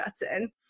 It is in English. button